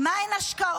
מה הן השקעות.